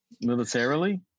Militarily